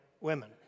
women